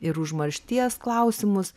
ir užmaršties klausimus